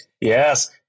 Yes